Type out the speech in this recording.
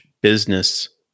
business